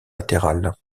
latérale